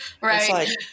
Right